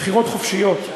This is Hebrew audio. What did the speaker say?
בחירות חופשיות.